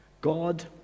God